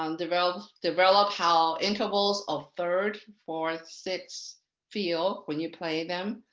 um develop develop how intervals of third, fourth, sixth feel when you play them.